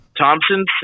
Thompson